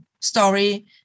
story